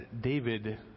David